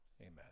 amen